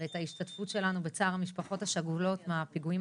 ואת ההשתתפות שלנו בצער המשפחות השכולות מהפיגועים